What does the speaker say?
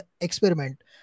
experiment